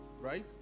Right